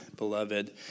Beloved